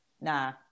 Nah